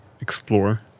explore